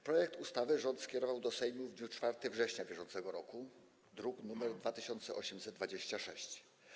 Projekt ustawy rząd skierował do Sejmu w dniu 4 września br., to druk nr 2826.